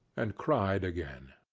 and cried again.